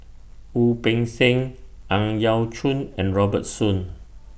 Wu Peng Seng Ang Yau Choon and Robert Soon